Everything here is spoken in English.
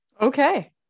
Okay